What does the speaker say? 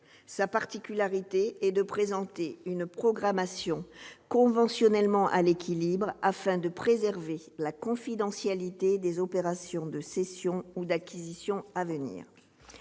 Sa particularité est de présenter une programmation conventionnellement à l'équilibre afin de préserver la confidentialité des opérations de cession ou d'acquisition à venir.